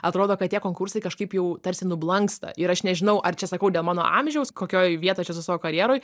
atrodo kad tie konkursai kažkaip jau tarsi nublanksta ir aš nežinau ar čia sakau ne mano amžiaus kokioj vietoj aš esu savo karjeroj